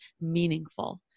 meaningful